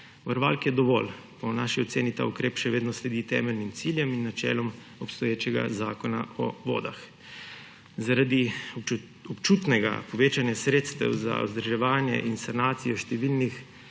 Varovalk je dovolj. Po naši oceni ta ukrep še vedno sledi temeljnim ciljem in načelom obstoječega zakona o vodah. Zaradi občutnega povečanja sredstev za vzdrževanje in sanacijo številnih